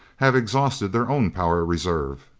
have exhausted their own power reserve.